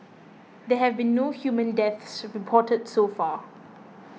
there have been no human deaths reported so far